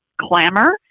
clamor